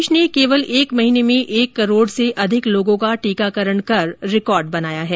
देश ने केवल एक महीने में एक करोड़ से अधिक लोगों का कोविड टीकाकरण करके रिकॉर्ड बनाया है